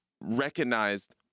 recognized